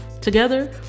Together